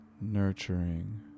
nurturing